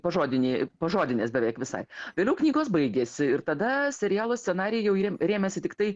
pažodiniai pažodinės beveik visai vėliau knygos baigėsi ir tada serialo scenarijai jau rėmėsi tiktai